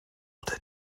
wurde